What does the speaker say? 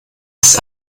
ist